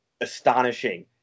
astonishing